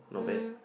mm